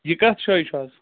یہِ کَتھ جایہِ چھُ حظ